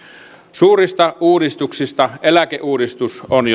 suurista uudistuksista eläkeuudistus on